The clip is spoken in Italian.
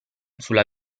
sulla